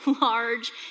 large